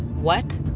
what?